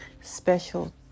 special